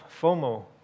FOMO